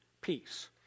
peace